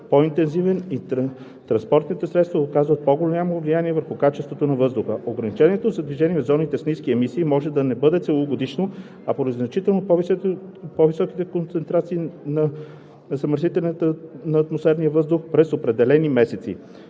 по-интензивен и транспортните средства оказват по-голямо влияние върху качеството на въздуха, ограничението за движение в зоните с ниски емисии може да не бъде целогодишно, а поради значително по-високите концентрации на замърсителите на атмосферния въздух – през определени месеци.